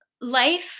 life